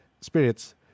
spirits